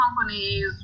companies